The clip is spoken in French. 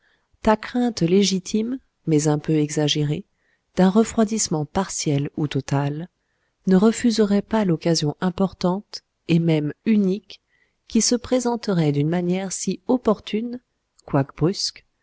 ta crainte légitime mais un peu exagérée d'un refroidissement partiel ou total ne refuserait pas l'occasion importante et même unique qui se présenterait d'une manière si opportune quoique brusque